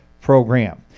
program